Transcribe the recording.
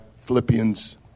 Philippians